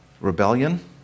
rebellion